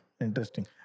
Interesting